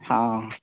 ହଁ